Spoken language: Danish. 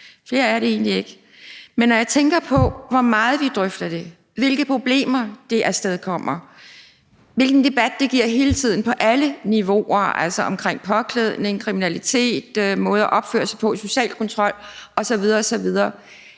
Flere er det egentlig ikke, men jeg tænker på, hvor meget vi drøfter det, hvilke problemer det afstedkommer, hvilken debat det giver hele tiden på alle niveauer, altså omkring påklædning, kriminalitet, måde at opføre sig på, social kontrol osv. osv.